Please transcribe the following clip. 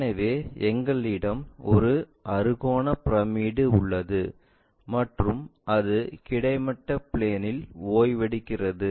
எனவே எங்களிடம் ஒரு அறுகோண பிரமிடு உள்ளது மற்றும் அது கிடைமட்ட பிளேன்இல் ஓய்வெடுக்கிறது